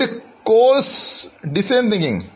ഒരു course design thinking